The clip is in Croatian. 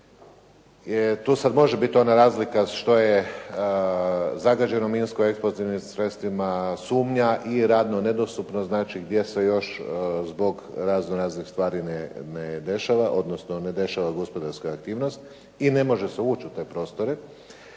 To sad može bit ona razlika što je zagađeno minsko eksplozivnim sredstvima, sumnja i radno nedostupno, znači gdje se još zbog raznoraznih stvari ne dešava, odnosno ne dešava gospodarska aktivnost i ne može se ući u te prostore.